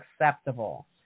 acceptable